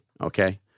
Okay